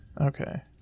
Okay